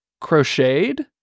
crocheted